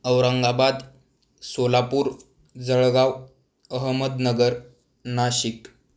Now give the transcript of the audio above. Aurangabad Solapur Jalgaon Ahmednagar Nashik